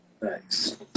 Thanks